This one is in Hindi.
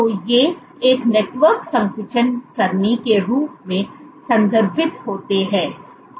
तो ये एक नेटवर्क संकुचन सरणी के रूप में संदर्भित होते हैं